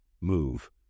Move